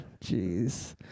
Jeez